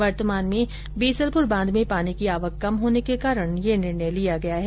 वर्तमान में बीसलपुर बांध में पानी की आवक कम होने के कारण ये निर्णय लिया गया है